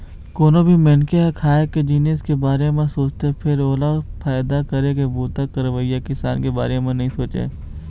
कोनो भी मनखे ह खाए के जिनिस के बारे म सोचथे फेर ओला फायदा करे के बूता करइया किसान के बारे म नइ सोचय